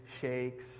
shakes